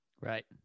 Right